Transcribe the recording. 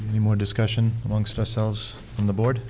the more discussion amongst ourselves and the board